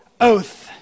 oath